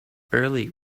early